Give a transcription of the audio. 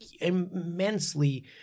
immensely